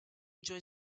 enjoy